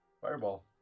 Fireball